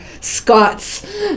Scots